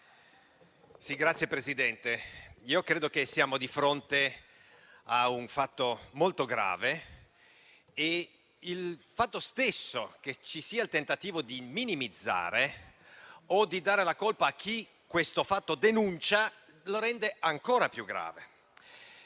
Signor Presidente, credo che siamo di fronte a un fatto molto grave e il fatto stesso che ci sia un tentativo di minimizzare o di dare la colpa a chi questo fatto denuncia, lo rende ancora più grave.